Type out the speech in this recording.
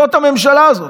זאת הממשלה הזאת.